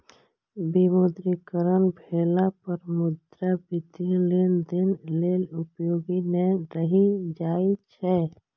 विमुद्रीकरण भेला पर मुद्रा वित्तीय लेनदेन लेल उपयोगी नै रहि जाइ छै